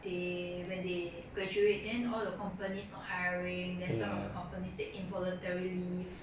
they when they graduate then all the companies not hiring then some of the companies take involuntary leave